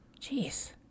Jeez